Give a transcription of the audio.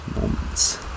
moments